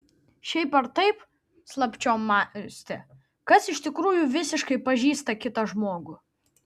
šiaip ar taip slapčiom mąstė kas iš tikrųjų visiškai pažįsta kitą žmogų